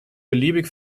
beliebig